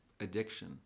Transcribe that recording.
addiction